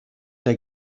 der